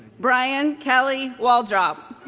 brian kelly waldrop